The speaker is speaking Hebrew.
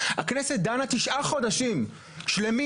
הכנסת דנה תשעה חודשים שלמים.